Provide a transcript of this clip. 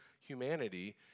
humanity